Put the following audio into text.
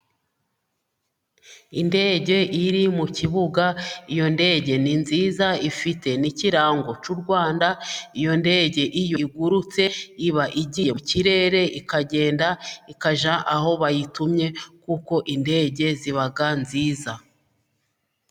Indege iri mu kibuga, iyo ndege ni nziza ifite n'ikirango cy'u Rwanda ,iyo ndege iyo igurutse iba igiye mu kirere ikagenda ikajya aho bayitumye ,kuko indege ziba nziza.